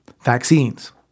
Vaccines